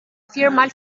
viermal